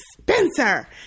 Spencer